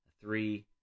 three